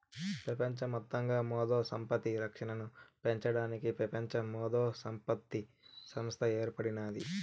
పెపంచ మొత్తంగా మేధో సంపత్తి రక్షనను పెంచడానికి పెపంచ మేధోసంపత్తి సంస్త ఏర్పడినాది